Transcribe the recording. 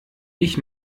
ich